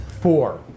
Four